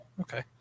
okay